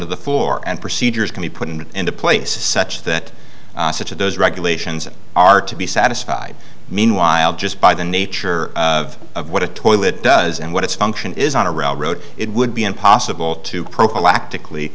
to the floor and procedures can be put into place such that such as those regulations are to be satisfied meanwhile just by the nature of what a toilet does and what its function is on a railroad it would be impossible to prophylactic lee